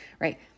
right